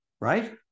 right